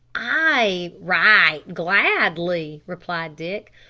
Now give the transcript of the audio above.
ay, right gladly, replied dick.